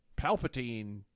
Palpatine